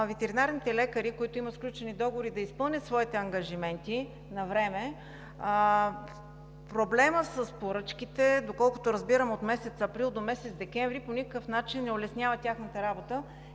ветеринарните лекари, които имат сключени договори, да изпълнят навреме своите ангажименти, проблемът с поръчките, доколкото разбирам, от месец април до месец декември по никакъв начин не улеснява тяхната работа